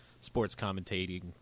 sports-commentating